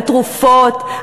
על תרופות?